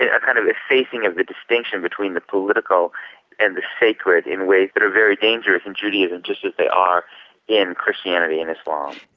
a kind of efacing of the distinction between the political and the sacred in ways that are very dangerous in judaism just as they are in christianity and islam.